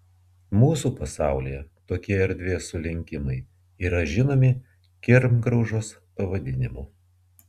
mūsų pasaulyje tokie erdvės sulenkimai yra žinomi kirmgraužos pavadinimu